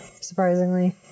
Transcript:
surprisingly